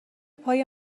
پای